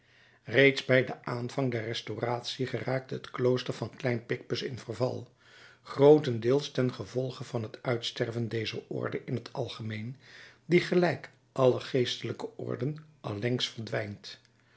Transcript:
reeds bij den aanvang der restauratie geraakte het klooster van klein picpus in verval grootendeels ten gevolge van het uitsterven dezer orde in t algemeen die gelijk alle geestelijke orden allengs verdwijnt